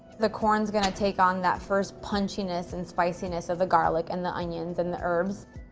the corn is going to take on that first punchiness and spiciness of the garlic and the onions and the herbs.